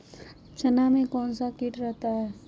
चना में कौन सा किट रहता है?